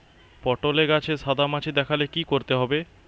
পটলে গাছে সাদা মাছি দেখালে কি করতে হবে?